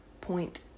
point